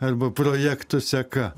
arba projektų seka